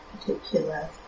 particular